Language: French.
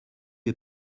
est